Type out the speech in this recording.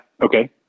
Okay